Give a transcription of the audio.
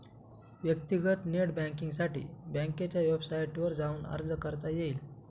व्यक्तीगत नेट बँकींगसाठी बँकेच्या वेबसाईटवर जाऊन अर्ज करता येईल